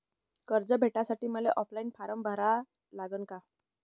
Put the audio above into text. कर्ज भेटासाठी मले ऑफलाईन फारम भरा लागन का?